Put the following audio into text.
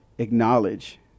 acknowledge